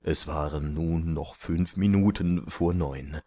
es waren nun noch fünf minuten vor neun